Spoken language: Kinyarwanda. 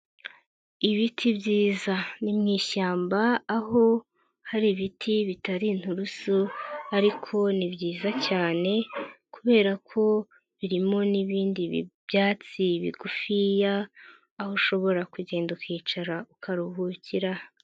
Ibiti byiza, ni mwishyamba aho hari ibiti bitari inturusu ariko ni byiza cyane kubera ko birimo n'ibindi byatsi bigufiya aho ushobora kugenda ukicara ukaruhukira.